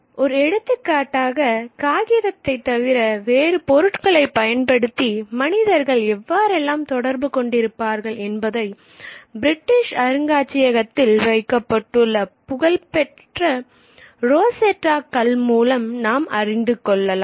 ஒரு எடுத்துக்காட்டாக காகிதத்தை தவிர வேறு பொருட்களைப் பயன்படுத்தி மனிதர்கள் எவ்வாறெல்லாம் தொடர்பு கொண்டு இருப்பார்கள் என்பதை பிரிட்டிஷ் அருங்காட்சியகத்தில் வைக்கப்பட்டுள்ள புகழ்பெற்ற ரோசெட்டா கல் மூலம் நாம் அறிந்து கொள்ளலாம்